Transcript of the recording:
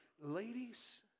Ladies